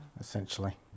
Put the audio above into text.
Essentially